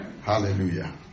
Hallelujah